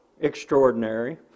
extraordinary